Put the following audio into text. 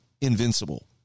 invincible